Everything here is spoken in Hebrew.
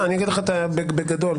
הם מסתכלים על זה בצורה מערכתית,